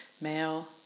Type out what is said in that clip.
male